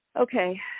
Okay